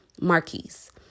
Marquise